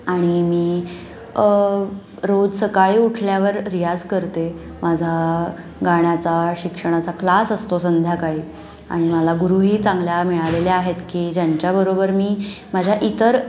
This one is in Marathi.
आणि मी रोज सकाळी उठल्यावर रियाज करते माझा गाण्याचा शिक्षणाचा क्लास असतो संध्याकाळी आणि मला गुरुही चांगल्या मिळालेल्या आहेत की ज्यांच्याबरोबर मी माझ्या इतर